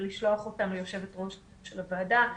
ולשלוח אותם ליושבת-ראש של הוועדה,